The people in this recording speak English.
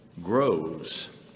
grows